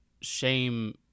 shame